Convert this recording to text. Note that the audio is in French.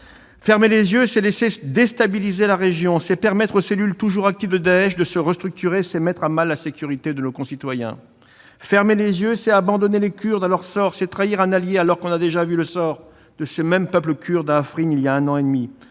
: fermer les yeux, c'est laisser déstabiliser la région, c'est permettre aux cellules toujours actives de Daech de se restructurer, c'est mettre à mal la sécurité de nos concitoyens ; fermer les yeux, c'est abandonner les Kurdes, c'est trahir un allié alors qu'on a déjà vu le sort réservé aux Kurdes à Afrin, il y a un an et demi ;